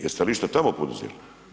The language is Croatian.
Jeste li išta tamo poduzeli?